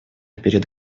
перед